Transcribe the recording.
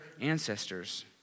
ancestors